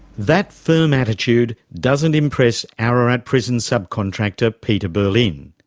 that firm attitude doesn't impress ararat prison's subcontractor, peter berlin.